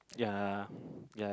yeah yeah